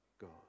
God